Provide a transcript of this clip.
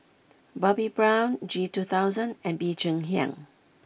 Bobbi Brown G two thousand and Bee Cheng Hiang